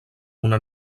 una